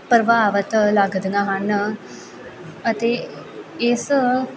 ਪ੍ਰਭਾਵਿਤ ਲੱਗਦੀਆਂ ਹਨ ਅਤੇ ਇਸ